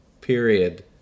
period